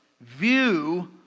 view